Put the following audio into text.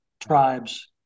tribes